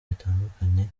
bitandukanye